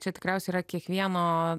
čia tikriausia yra kiekvieno